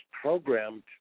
programmed